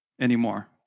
anymore